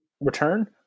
return